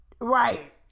right